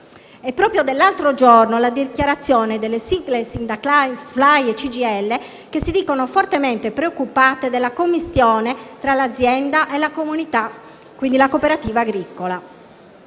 È proprio dell'altro giorno la dichiarazione delle sigle sindacali FLAI CGIL, che si dicono fortemente preoccupate della commistione tra l'azienda e la comunità. Ebbene, il disegno